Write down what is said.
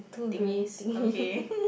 thingy okay